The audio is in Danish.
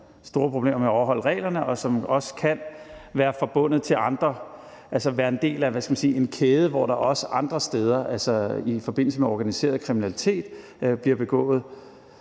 store problemer med at overholde reglerne, og hvor det også kan være forbundet til andre, altså være en del af en kæde, hvor der også andre steder i den kæde, i forbindelse med organiseret kriminalitet, bliver begået